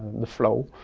the flow.